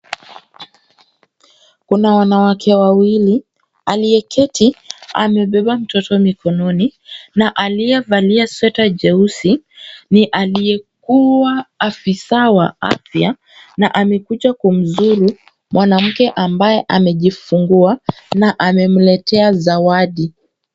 Kuna wanawake wawili, aliyeketi amebeba mtoto mikononi na aliyevalia sweta jeusi ni aliyekuwa afisa wa afya na amekuja kumzuru mwanamke ambaye amejifungua na amemletea zawadi.